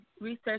research